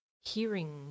hearing